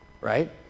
right